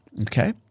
okay